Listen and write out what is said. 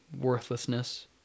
worthlessness